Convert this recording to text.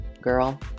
Girl